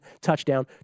touchdown